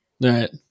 Right